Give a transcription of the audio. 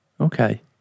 Okay